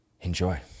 enjoy